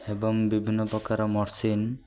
ଏବଂ ବିଭିନ୍ନ ପ୍ରକାର ମେସିନ୍